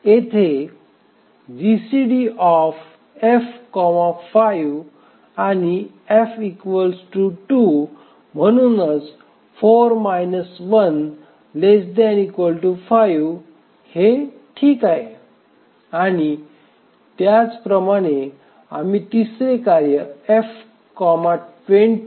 येथे GCD F 5 आणि F 2 म्हणून 4 1 ≤ 5 हे ठीक आहे आणि त्याचप्रमाणे आम्ही तिसरे कार्य F 20